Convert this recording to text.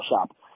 shop